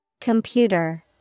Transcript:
Computer